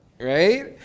Right